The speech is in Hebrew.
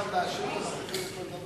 באופן מלא.